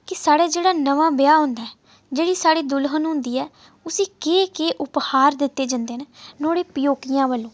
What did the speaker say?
कि साढ़े जेह्ड़ा नमां ब्याह् होंदा ऐ जेह्ड़ी साढ़ी दुल्हन होंदी ऐ उसी केह् केह् उपहार दित्ते जंदे न नुहाड़े प्योकियें पासेआ